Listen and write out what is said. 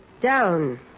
down